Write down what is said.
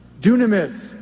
dunamis